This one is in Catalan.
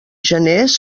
geners